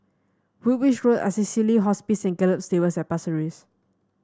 Woolwich Road Assisi Hospice Gallop Stables at Pasir Ris